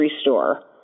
store